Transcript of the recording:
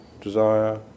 desire